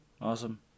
Awesome